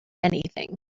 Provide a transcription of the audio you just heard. anything